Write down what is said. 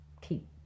keep